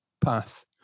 path